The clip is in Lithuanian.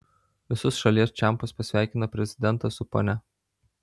visus šalies čempus pasveikino prezidentas su ponia